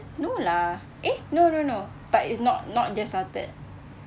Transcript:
no lah eh no no no but it's not not just started